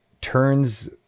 turns